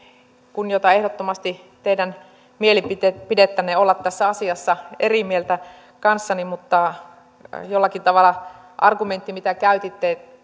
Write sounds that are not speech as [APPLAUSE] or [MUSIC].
kunnioitan ehdottomasti teidän mielipidettänne olla tässä asiassa eri mieltä kanssani mutta jollakin tavalla mitä tulee argumenttiin mitä käytitte [UNINTELLIGIBLE]